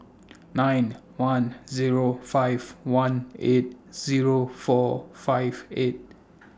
nine one Zero five one eight Zero four five eight